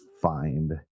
find